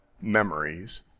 memories